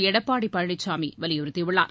எடப்பாடி பழனிசாமி வலியுறுத்தியுள்ளார்